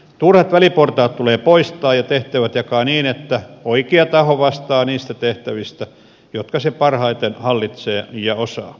turhat väliportaat tulee poistaa ja tehtävät jakaa niin että oikea taho vastaa niistä tehtävistä jotka se parhaiten hallitsee ja osaa